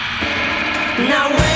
Now